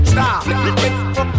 Stop